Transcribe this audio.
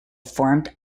formed